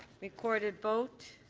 recorded vote.